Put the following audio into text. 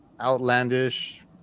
outlandish